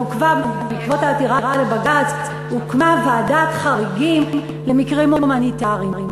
בעקבות העתירה לבג"ץ הוקמה ועדת חריגים למקרים הומניטריים.